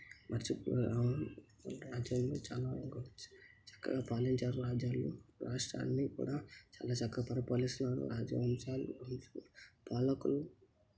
మరిచిపో వాళ్ళు రాజ్యాన్ని చాలా గొప్ చక్కాగా పాలించారు రాజ్యాలు రాష్ట్రాన్ని కూడా చాలా చక్కాగా పరిపాలిస్తున్నారు రాజ్యవంశాలు వంశ పాలకులు